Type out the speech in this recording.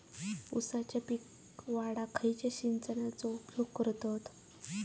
ऊसाचा पीक वाढाक खयच्या सिंचनाचो उपयोग करतत?